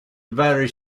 very